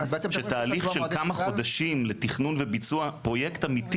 שתהליך של כמה חודשים לתכנון וביצוע פרויקט אמיתי.